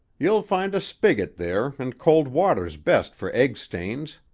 you'll find a spigot there, and cold water's best for egg-stains.